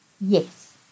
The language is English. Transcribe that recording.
Yes